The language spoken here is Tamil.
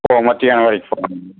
ஓ மத்தியானம் வரைக்கும்